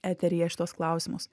eteryje šituos klausimus